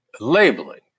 labeling